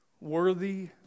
worthy